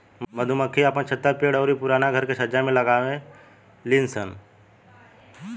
मधुमक्खी आपन छत्ता पेड़ अउरी पुराना घर के छज्जा में लगावे लिसन